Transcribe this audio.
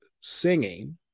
singing